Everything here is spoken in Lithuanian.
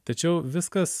tačiau viskas